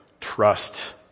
trust